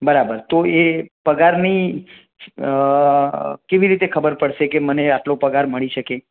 બરાબર તો એ પગારની કેવી રીતે ખબર પડશે કે મને આટલો પગાર મળી શકે